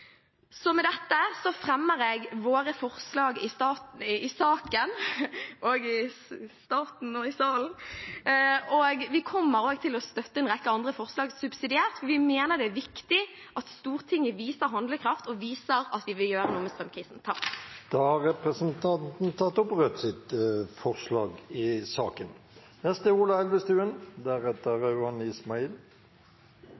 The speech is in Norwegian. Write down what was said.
Med dette fremmer jeg våre forslag i saken. Vi kommer også til å støtte en rekke andre forslag subsidiært, for vi mener det er viktig at Stortinget viser handlekraft og viser at vi vil gjøre noe med strømkrisen. Da har representanten Sofie Marhaug tatt opp